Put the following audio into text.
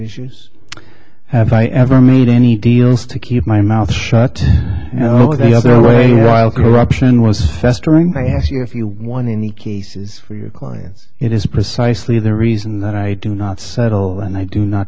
issues have i ever made any deals to keep my mouth shut you know the other way while corruption was festering i ask you if you want any cases for your clients it is precisely the reason that i do not settle and i do not